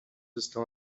estão